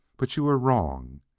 but you were wrong,